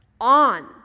on